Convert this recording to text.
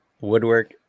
woodwork